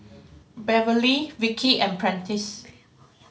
Beverly Vicki and Prentiss